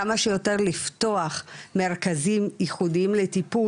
כמה שיותר לפתוח מרכזים ייחודיים לטיפול,